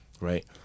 right